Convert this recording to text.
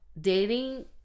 dating